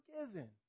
forgiven